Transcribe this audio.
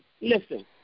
Listen